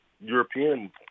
European